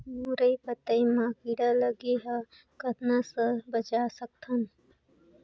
मुरई पतई म कीड़ा लगे ह कतना स बचा सकथन?